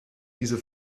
diese